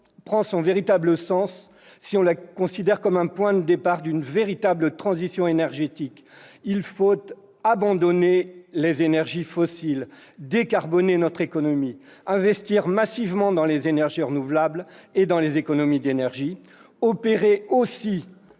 son véritable sens si on la considère comme le point de départ d'une véritable transition énergétique. Il faut abandonner les énergies fossiles, décarboner notre économie, investir massivement dans les énergies renouvelables et dans les économies d'énergie, opérer la